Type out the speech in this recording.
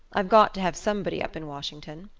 i've got to have somebody up in washington.